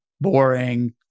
boring